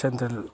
central